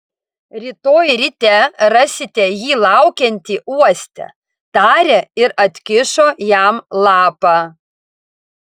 rytoj ryte rasite jį laukiantį uoste tarė ir atkišo jam lapą